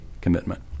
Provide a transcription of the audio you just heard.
commitment